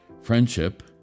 Friendship